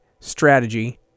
strategy